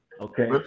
Okay